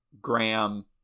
Graham